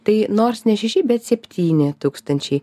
tai nors ne šeši bet septyni tūkstančiai